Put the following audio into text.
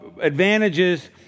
advantages